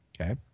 okay